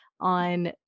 on